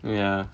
ya